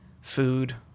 food